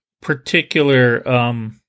particular